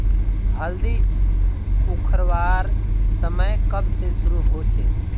हल्दी उखरवार समय कब से शुरू होचए?